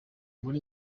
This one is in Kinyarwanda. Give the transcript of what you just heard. muri